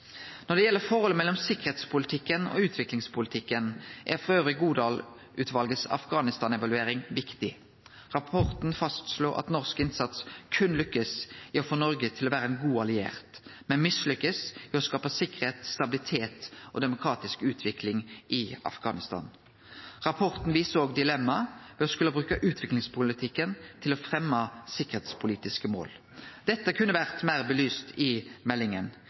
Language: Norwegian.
Når det gjeld forholdet mellom sikkerheitspolitikken og utviklingspolitikken, er Godal-utvalet si Afghanistan-evaluering viktig. Rapporten fastslo at norsk innsats berre lykkast i å få Noreg til å vere ein god alliert, ein mislykkast i å skape sikkerheit, stabilitet og demokratisk utvikling i Afghanistan. Rapporten viser òg dilemmaet ved å skulle bruke utviklingspolitikken til å fremje sikkerheitspolitiske mål. Dette kunne vore meir belyst i meldinga.